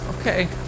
Okay